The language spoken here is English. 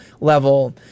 level